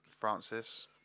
Francis